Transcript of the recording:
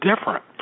different